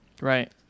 right